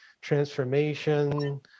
transformation